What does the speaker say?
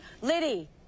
Liddy